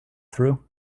through